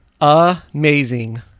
Amazing